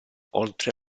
oltre